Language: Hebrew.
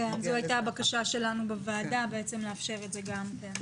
זו הייתה הבקשה שלנו בוועדה, לאפשר גם את זה.